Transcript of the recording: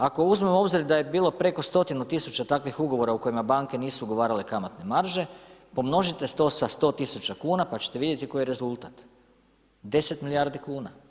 Ako uzmemo u obzir da je bilo preko stotinu tisuća takvih ugovora u kojima banke nisu ugovarale kamatne marže, pomnožite to sa 100 tisuća kuna pa ćete vidjeti koji je rezultat, 10 milijardi kuna.